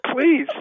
Please